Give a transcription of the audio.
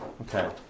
Okay